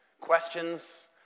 questions